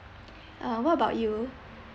uh what about you